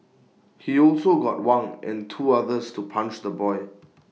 he also got Wang and two others to punch the boy